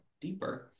deeper